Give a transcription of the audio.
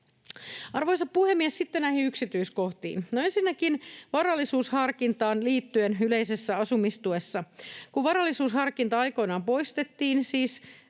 Arvoisa puhemies! Sitten näihin yksityiskohtiin. No, ensinnäkin varallisuusharkintaan liittyen yleisessä asumistuessa: Kun varallisuusharkinta aikoinaan poistettiin,